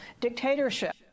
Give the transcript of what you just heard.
dictatorship